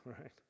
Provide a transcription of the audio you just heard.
right